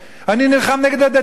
אני נלחם נגד הדתיים.